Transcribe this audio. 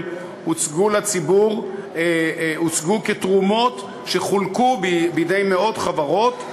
הוצגו כתרומות שחולקו בידי מאות חברות.